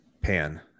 pan